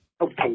Okay